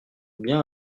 bien